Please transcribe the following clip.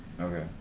Okay